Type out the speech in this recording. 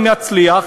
אם יצליח,